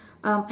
um